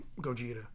Gogeta